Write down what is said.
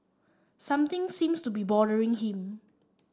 something seems to be bothering him